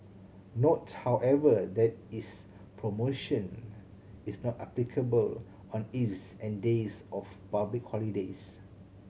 note however that is promotion is not applicable on eves and days of public holidays